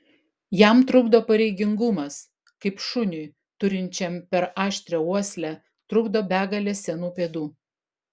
jam trukdo pareigingumas kaip šuniui turinčiam per aštrią uoslę trukdo begalė senų pėdų